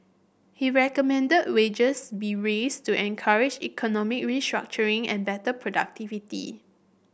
he recommended wages be raised to encourage economic restructuring and better productivity